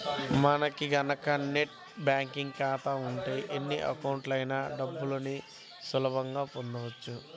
మనకి గనక net banking ఖాతా ఉంటే ఎన్ని అకౌంట్లకైనా డబ్బుని సులువుగా పంపొచ్చు